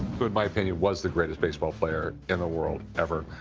who in my opinion, was the greatest baseball player in the world ever.